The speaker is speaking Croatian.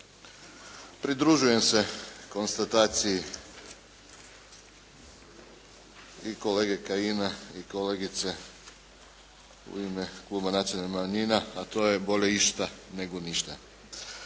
Pridružujem se konstataciji i kolege Kajina i kolegice u ime Kluba nacionalnih manjina, a to je bolje išta nego ništa.